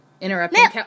Interrupting